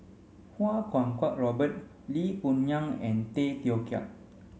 Kuo Kwong Robert Lee Boon Ngan and Tay Teow Kiat